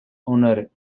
owner